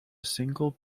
single